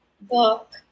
book